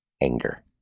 Anger